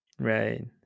Right